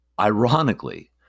Ironically